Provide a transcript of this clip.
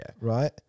right